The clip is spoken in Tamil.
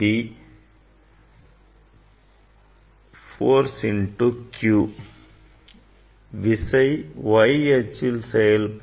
that force into q விசை y அச்சில் செயல்படும்